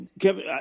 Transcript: Kevin